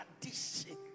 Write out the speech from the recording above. Tradition